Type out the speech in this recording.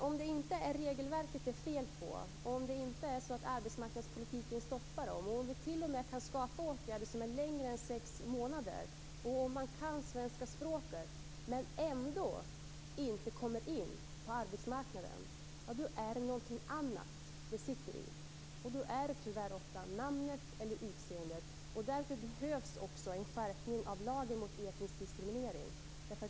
Om det inte är regelverket som det är fel på, om det inte är arbetsmarknadspolitiken som stoppar dem, om vi t.o.m. kan skapa åtgärder för en längre period än sex månader och om människor kan svenska språket men ändå inte kommer in på arbetsmarknaden, då är det någonting annat det beror på - ofta är det namnet eller utseendet. Därför behövs en skärpning av lagen mot etnisk diskriminering.